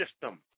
system